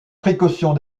précautions